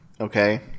okay